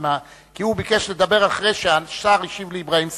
כי הוא ביקש לדבר אחרי שהשר השיב לאברהים צרצור.